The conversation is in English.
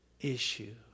issue